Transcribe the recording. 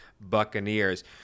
Buccaneers